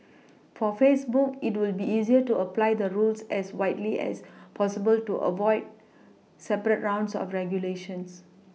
for Facebook it will be easier to apply the rules as widely as possible to avoid separate rounds of regulation